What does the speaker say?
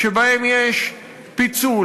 שבהם יש פיצול,